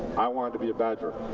i wanted to be a badger.